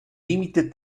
límite